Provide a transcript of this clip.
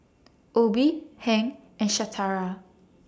Obie Hank and Shatara